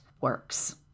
works